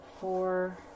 four